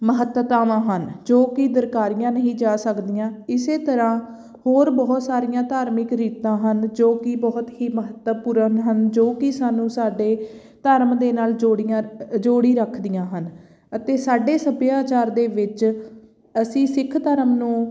ਮਹੱਤਤਾਵਾਂ ਹਨ ਜੋ ਕਿ ਦੁਰਕਾਰੀਆਂ ਨਹੀਂ ਜਾ ਸਕਦੀਆਂ ਇਸੇ ਤਰ੍ਹਾਂ ਹੋਰ ਬਹੁਤ ਸਾਰੀਆਂ ਧਾਰਮਿਕ ਰੀਤਾਂ ਹਨ ਜੋ ਕਿ ਬਹੁਤ ਹੀ ਮਹੱਤਵਪੂਰਨ ਹਨ ਜੋ ਕਿ ਸਾਨੂੰ ਸਾਡੇ ਧਰਮ ਦੇ ਨਾਲ ਜੋੜੀਆਂ ਜੋੜੀ ਰੱਖਦੀਆਂ ਹਨ ਅਤੇ ਸਾਡੇ ਸੱਭਿਆਚਾਰ ਦੇ ਵਿੱਚ ਅਸੀਂ ਸਿੱਖ ਧਰਮ ਨੂੰ